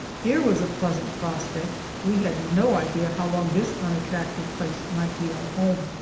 here was a pleasant prospect. we had no idea how long this unattractive place might be our home.